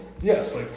Yes